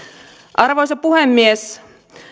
arvoisa puhemies